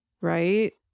right